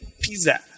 pizza